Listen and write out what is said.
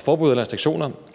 Forbud og restriktioner